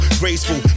graceful